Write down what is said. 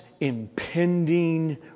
impending